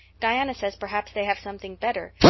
diana says perhaps they have something better,